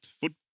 foot